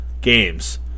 games